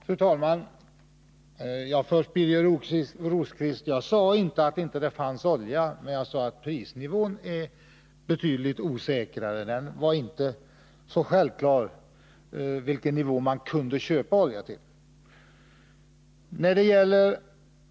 Fru talman! Först till Birger Rosqvist: Jag sade inte att det inte fanns olja, utan jag sade att prisnivån är betydligt osäkrare. Det var inte så självklart vilket pris man kunde köpa olja till.